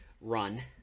run